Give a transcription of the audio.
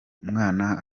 umwana